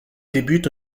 débute